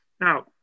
Now